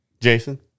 Jason